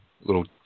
little